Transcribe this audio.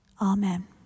amen